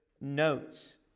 notes